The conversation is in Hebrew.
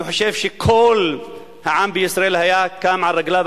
אני חושב שכל העם בישראל היה קם על רגליו